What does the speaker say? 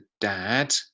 dad